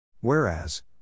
Whereas